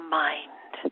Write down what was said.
mind